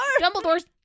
Dumbledore's